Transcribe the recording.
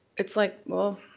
it's like well,